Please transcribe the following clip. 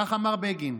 כך אמר בגין.